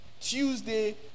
Tuesday